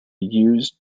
used